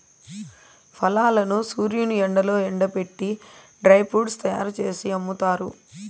ఫలాలను సూర్యుని ఎండలో ఎండబెట్టి డ్రై ఫ్రూట్స్ తయ్యారు జేసి అమ్ముతారు